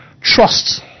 Trust